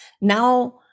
now